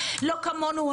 לא כמונו,